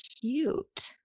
cute